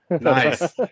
Nice